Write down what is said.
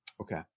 Okay